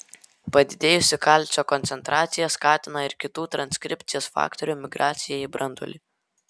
padidėjusi kalcio koncentracija skatina ir kitų transkripcijos faktorių migraciją į branduolį